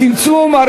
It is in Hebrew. נמנע.